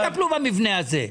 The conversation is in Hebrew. לא יטפלו במבנה הזה.